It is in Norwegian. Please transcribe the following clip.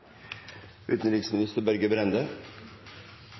utenriksminister Børge Brende